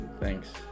thanks